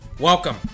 Welcome